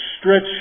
Stretch